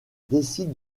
décide